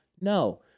No